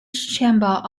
chamber